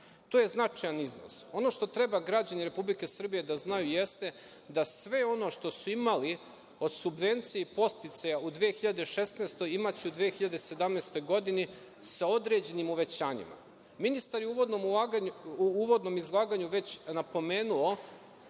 To je značajan iznos. Ono što treba građani Republike Srbije da znaju, jeste da sve ono što su imali od subvencija i podsticaja u 2016. godini imaće u 2017. godini sa određenim uvećanjima. Ministar je u uvodnom izlaganju već napomenuo